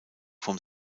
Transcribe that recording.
vom